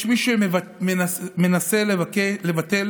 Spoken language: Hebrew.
יש מי שמנסה לבטל